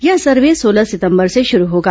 यह सर्वे सोलह सितंबर से शुरू होगा